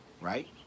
Right